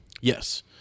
Yes